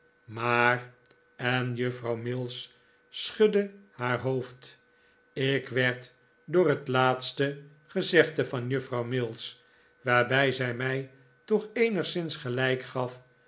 maar en juffrouw mills schudde haar hoofd ik werd door het laatste gezegde van juffrouw mills waarbij zij mij toch eenigszins gelijk gaf